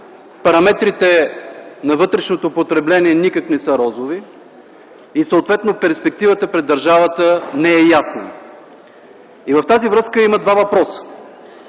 Параметрите на вътрешното потребление никак не са розови и съответно перспективата пред държавата не е ясна. В тази връзка имам два въпроса: